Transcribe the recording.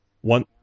one